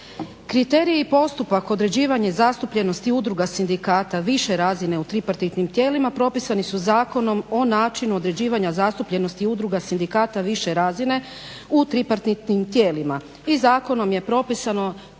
Kriteriji i postupak, određivanje zastupljenosti udruga, sindikata više razina u tripartitnim tijelima propisani su Zakonom o načinu određivanja zastupljenosti i udruga sindikata više razine u tripartitnim tijelima i zakonom je propisano